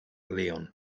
lyon